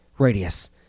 Radius